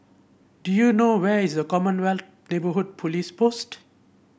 do you know where is Commonwealth Neighbourhood Police Post